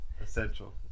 Essential